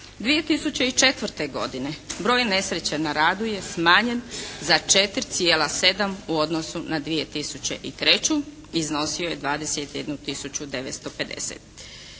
2004. godine broj nesreća na radu je smanjen za 4,7 u odnosu na 2003., iznosio je 21